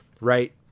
right